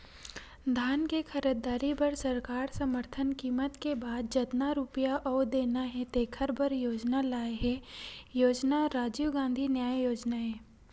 धान के खरीददारी बर सरकार समरथन कीमत के बाद जतना रूपिया अउ देना हे तेखर बर योजना लाए हे योजना राजीव गांधी न्याय योजना हे